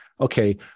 okay